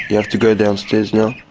you have to go downstairs now.